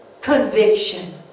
conviction